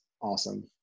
awesome